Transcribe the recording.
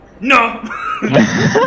No